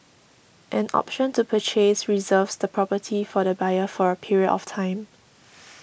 an option to purchase reserves the property for the buyer for a period of time